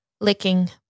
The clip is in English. licking